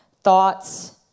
thoughts